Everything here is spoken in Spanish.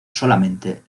solamente